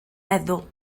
meddwl